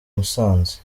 musanze